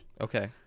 Okay